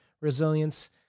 resilience